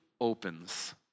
opens